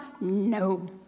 no